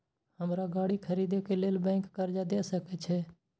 हमरा गाड़ी खरदे के लेल बैंक कर्जा देय सके छे?